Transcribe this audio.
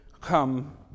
come